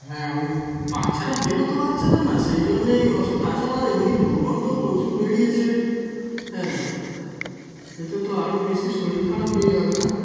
হ্যাঁ ওই বাচ্চারা বেরোতে পারছে না না সেই জন্যেই অসুধ তাছাড়াও এমনি দুর্গন্ধও প্রচুর বেরিয়েছে হ্যাঁ এতে তো আরও বেশি শরীর খারাপ হয়ে যাবে না